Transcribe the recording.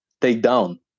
takedown